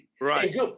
right